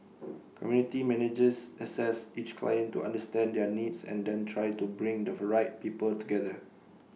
community managers assess each client to understand their needs and then try to bring the right people together